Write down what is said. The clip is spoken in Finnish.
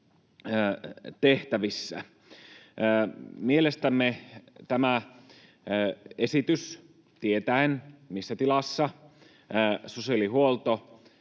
tehtävissä. Mielestämme, tietäen, missä tilassa sosiaalihuolto